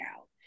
out